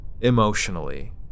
emotionally